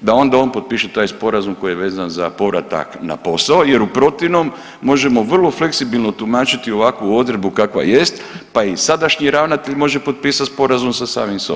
da onda on potpiše taj sporazum koji je vezan za povratak na posao jer u protivnom možemo vrlo fleksibilno tumačiti ovakvu odredbu kakva jest pa i sadašnji ravnatelj može popisati sporazum sa samim sobom.